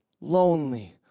Lonely